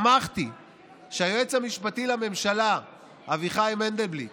שמחתי שהיועץ המשפטי לממשלה אביחי מנדלבליט